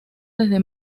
desde